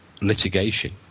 litigation